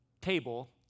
table